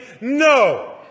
no